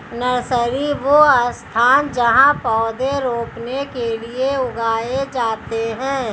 nursery, वह स्थान जहाँ पौधे रोपने के लिए उगाए जाते हैं